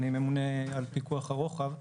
אני ממונה על פיקוח הרוחב,